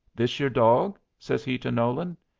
this your dog? says he to nolan.